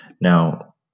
Now